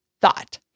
thought